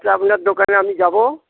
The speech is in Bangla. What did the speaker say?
আচ্ছ আপনার দোকানে আমি যাবো